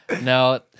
No